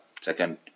second